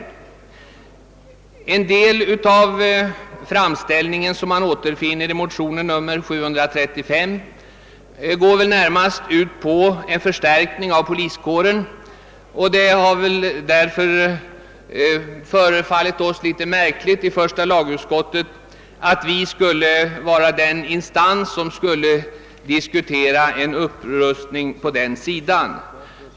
En del av det som skrivits i motionerna syftar närmast till en förstärkning av poliskåren, men det har förefallit oss i första lagutskottet ganska märkligt att utskottet skulle vara rätt instans att diskutera en upprustning därvidlag.